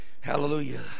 hallelujah